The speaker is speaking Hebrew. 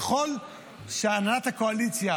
ככל שהנהלת הקואליציה,